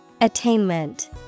Attainment